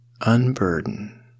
Unburden